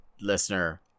listener